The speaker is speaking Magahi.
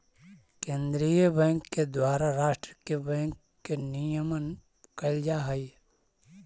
केंद्रीय बैंक के द्वारा राष्ट्र के बैंक के नियमन कैल जा हइ